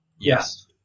Yes